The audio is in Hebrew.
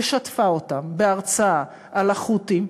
ושטפה אותם בהרצאה על החות'ים,